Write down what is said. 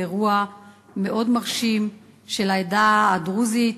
לאירוע מאוד מרשים של העדה הדרוזית,